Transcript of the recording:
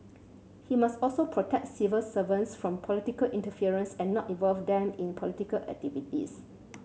he must also protect civil servants from political interference and not involve them in political activities